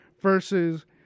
versus